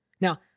Now